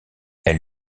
elle